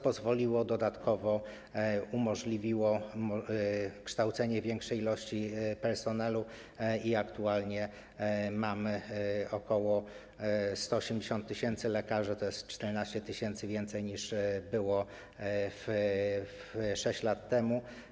Pozwoliło to dodatkowo, umożliwiło kształcenie większej liczby personelu i aktualnie mamy ok. 180 tys. lekarzy, to jest 14 tys. więcej, niż było 6 lat temu.